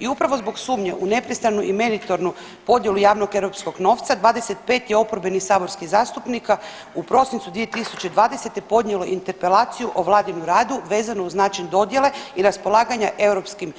I upravo zbog sumnje u nepristranu i meritornu podjelu javnog europskog novca 25 je oporbenih saborskih zastupnika u prosincu 2020. podnijelo interpelaciju o vladinu radu vezano uz način dodjele i raspolaganja europskim